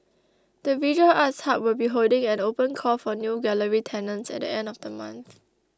the visual arts hub will be holding an open call for new gallery tenants at the end of the month